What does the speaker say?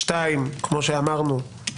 שתיים כפי שאמרנו,